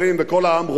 וכל העם רואה,